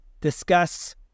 discuss